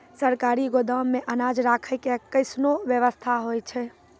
सरकारी गोदाम मे अनाज राखै के कैसनौ वयवस्था होय छै?